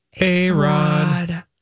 A-Rod